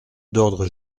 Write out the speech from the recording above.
d’ordre